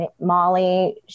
Molly